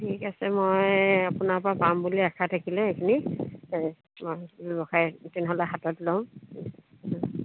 ঠিক আছে মই আপোনাৰপৰা পাম বুলি আশা থাকিলে এইখিনি এই অঁ ব্যৱসায়টি তেনেহ'লে হাতত লওঁ